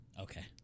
Okay